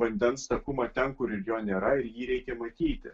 vandens takumą ten kur ir jo nėra ir jį reikia matyti